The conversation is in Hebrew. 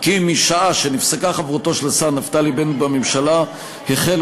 כי משעה שנפסקה חברותו של השר נפתלי בנט בממשלה החל